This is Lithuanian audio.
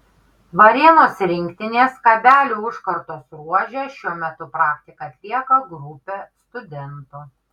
varėnos rinktinės kabelių užkardos ruože šiuo metu praktiką atlieka grupė studentų